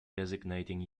designating